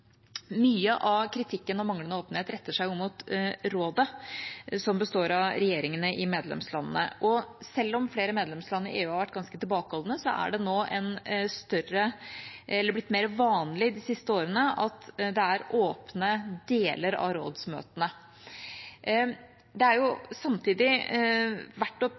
Mye av kritikken om manglende åpenhet retter seg mot Rådet, som består av regjeringene i medlemslandene. Selv om flere medlemsland i EU har vært ganske tilbakeholdne, er det blitt mer vanlig de siste årene at det er åpne deler av rådsmøtene. Det er samtidig verdt